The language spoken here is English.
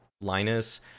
linus